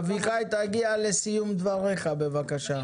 אביחי, תגיע לסיום דבריך, בבקשה.